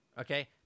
Okay